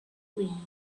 wind